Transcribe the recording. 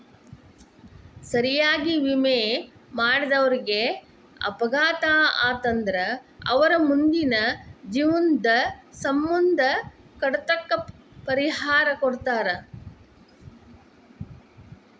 ಸರಿಯಾಗಿ ವಿಮೆ ಮಾಡಿದವರೇಗ ಅಪಘಾತ ಆತಂದ್ರ ಅವರ್ ಮುಂದಿನ ಜೇವ್ನದ್ ಸಮ್ಮಂದ ಕಡಿತಕ್ಕ ಪರಿಹಾರಾ ಕೊಡ್ತಾರ್